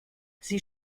sie